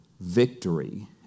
victory